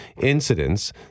incidents